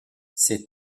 ces